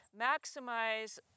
maximize